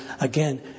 again